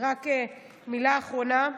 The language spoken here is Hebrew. מילה אחרונה,